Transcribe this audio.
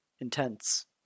intense